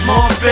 More